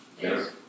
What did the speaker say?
Yes